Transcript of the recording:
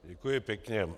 Děkuji pěkně.